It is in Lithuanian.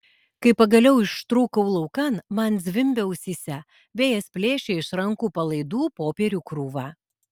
kai pagaliau ištrūkau laukan man zvimbė ausyse vėjas plėšė iš rankų palaidų popierių krūvą